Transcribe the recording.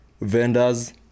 vendors